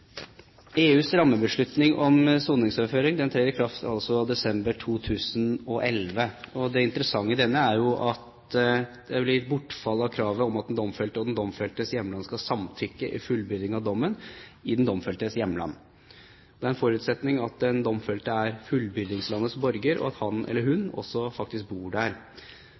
EUs rammebeslutning om soningsoverføring trer i kraft i desember 2011. Det interessante med denne er jo at det blir bortfall av kravet om at den domfelte og den domfeltes hjemland skal samtykke i fullbyrding av dommen i den domfeltes hjemland. Det er en forutsetning at den domfelte er fullbyrdingslandets borger, og at han/hun faktisk også bor der.